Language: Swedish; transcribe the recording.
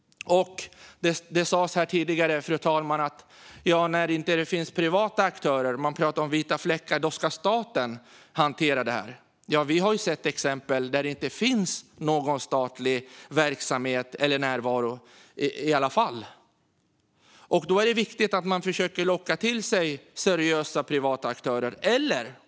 Det sas här tidigare, fru talman, att där det inte finns privata aktörer - man pratar om vita fläckar - ska staten hantera detta. Vi har ju sett exempel där det inte finns någon statlig verksamhet eller närvaro i alla fall. Då är det viktigt att man försöker locka till sig seriösa privata aktörer.